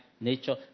nature